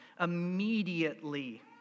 Immediately